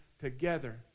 together